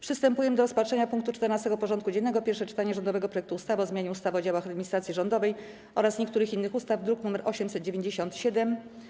Przystępujemy do rozpatrzenia punktu 14. porządku dziennego: Pierwsze czytanie rządowego projektu ustawy o zmianie ustawy o działach administracji rządowej oraz niektórych innych ustaw (druk nr 897)